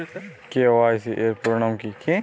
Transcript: KYC এর পুরোনাম কী?